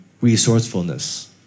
Resourcefulness